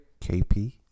KP